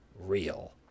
real